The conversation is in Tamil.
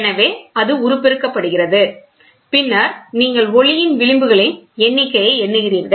எனவே அது உருப்பெருக்கப்படுகிறது பின்னர் நீங்கள் ஒளியின் விளிம்புகளின் எண்ணிக்கையை எண்ணுகிறீர்கள்